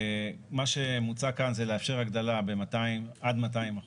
מה שמוצע כאן זה לאפשר הגדלה בעד 200%,